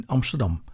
Amsterdam